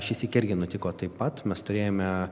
šį sykį irgi nutiko taip pat mes turėjome